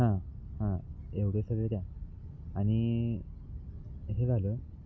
हां हां एवढे सगळे द्या आणि हे झालं